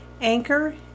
Anchor